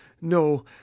No